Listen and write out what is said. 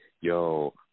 yo